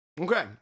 Okay